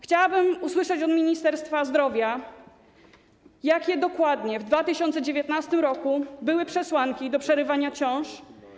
Chciałabym usłyszeć od Ministerstwa Zdrowia, jakie dokładnie w 2019 r. były przesłanki przerywania ciąż.